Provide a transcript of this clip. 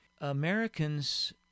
Americans